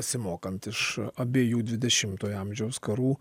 besimokant iš abiejų dvidešimtojo amžiaus karų